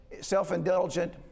self-indulgent